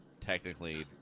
technically